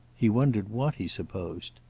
he wondered what he supposed.